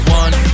one